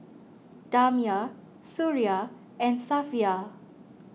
Damia Suria and Safiya